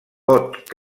vot